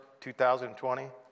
2020